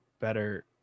better